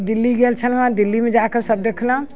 दिल्ली गेल छलहुँ हँ दिल्लीमे जाके सब देखलहुँ